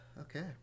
okay